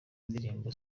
indirimbo